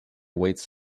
waits